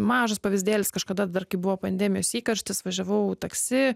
mažas pavyzdėlis kažkada dar kai buvo pandemijos įkarštis važiavau taksi